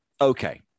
okay